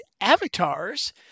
avatars